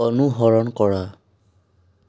অনুসৰণ কৰা